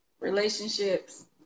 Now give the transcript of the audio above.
relationships